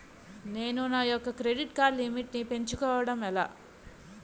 నేను నా యెక్క క్రెడిట్ కార్డ్ లిమిట్ నీ పెంచుకోవడం ఎలా?